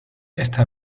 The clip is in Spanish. esta